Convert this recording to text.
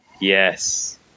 Yes